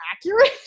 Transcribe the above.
accurate